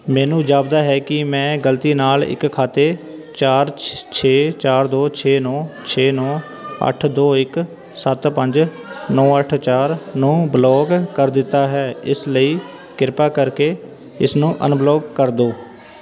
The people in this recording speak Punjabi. ਮੈਨੂੰ ਜਾਪਦਾ ਹੈ ਕਿ ਮੈਂ ਗਲਤੀ ਨਾਲ ਇੱਕ ਖਾਤੇ ਚਾਰ ਛ ਛੇ ਚਾਰ ਦੋ ਛੇ ਨੌ ਛੇ ਨੌ ਅੱਠ ਦੋ ਇੱਕ ਸੱਤ ਪੰਜ ਨੌ ਅੱਠ ਚਾਰ ਨੂੰ ਬਲੌਕ ਕਰ ਦਿੱਤਾ ਹੈ ਇਸ ਲਈ ਕਿਰਪਾ ਕਰਕੇ ਇਸਨੂੰ ਅਨਬਲੌਕ ਕਰ ਦਿਓ